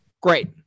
great